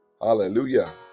Hallelujah